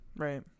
Right